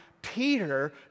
Peter